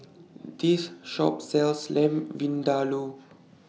This Shop sells Lamb Vindaloo